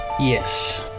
Yes